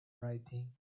writing